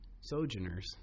sojourners